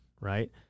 right